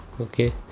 Okay